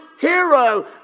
Hero